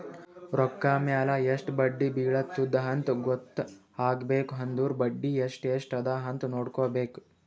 ರೊಕ್ಕಾ ಮ್ಯಾಲ ಎಸ್ಟ್ ಬಡ್ಡಿ ಬಿಳತ್ತುದ ಅಂತ್ ಗೊತ್ತ ಆಗ್ಬೇಕು ಅಂದುರ್ ಬಡ್ಡಿ ಎಸ್ಟ್ ಎಸ್ಟ್ ಅದ ಅಂತ್ ನೊಡ್ಕೋಬೇಕ್